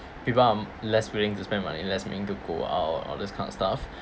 people are less willing to spend money that's mean to go out all these kind of stuff